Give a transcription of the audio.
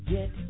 Get